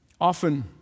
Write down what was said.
often